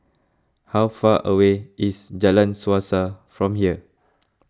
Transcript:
how far away is Jalan Suasa from here